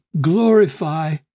glorify